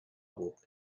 بود